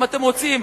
אם אתם רוצים,